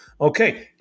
Okay